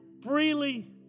freely